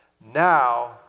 Now